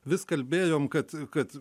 vis kalbėjom kad kad